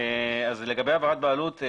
העברת בעלות.